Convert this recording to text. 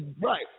Right